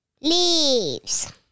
Leaves